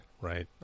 Right